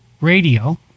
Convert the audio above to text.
radio